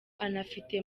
anafite